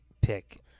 pick